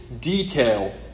detail